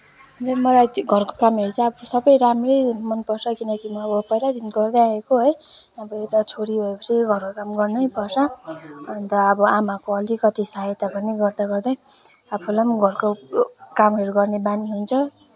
मलाई चाहिँ घरको कामहरू चाहिँ अब सबै राम्रै मनपर्छ किनकि म अब पहिल्यैदेखि गर्दै आएको है अब एउटा छोरी भएपछि घरको काम गर्नैपर्छ अन्त अब आमाको अलिकति सहायता पनि गर्दा गर्दै आफूलाई नि घरको कामहरू गर्ने बानी हुन्छ